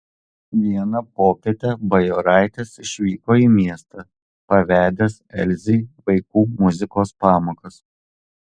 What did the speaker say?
vieną popietę bajoraitis išvyko į miestą pavedęs elzei vaikų muzikos pamokas